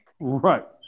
right